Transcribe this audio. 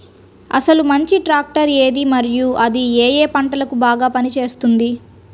అసలు మంచి ట్రాక్టర్ ఏది మరియు అది ఏ ఏ పంటలకు బాగా పని చేస్తుంది?